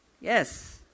Yes